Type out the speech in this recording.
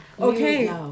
okay